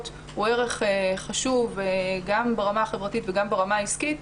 הוא ערך חשוב גם ברמה החברתית וגם ברמה העסקית,